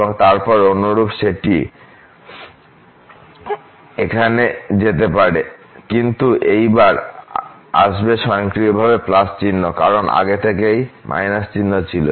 এবং তারপর অনুরূপ সেটিং এখানে করা যেতে পারে কিন্তু এইবার এটি আসবে স্বয়ংক্রিয়ভাবে চিহ্ন কারণ আগে থেকেই চিহ্ন ছিল